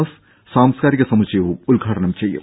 S സാംസ്കാരിക സമുച്ചയവും ഉദ്ഘാടനം ചെയ്യും